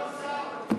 אדוני השר,